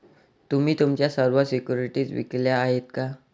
तुम्ही तुमच्या सर्व सिक्युरिटीज विकल्या आहेत का?